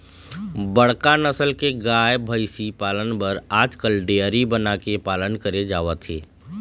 बड़का नसल के गाय, भइसी पालन बर आजकाल डेयरी बना के पालन करे जावत हे